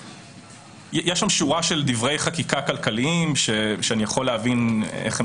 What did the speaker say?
יש שם שורה של דברי חקיקה כלכליים שאני יכול להבין איך הם